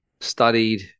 studied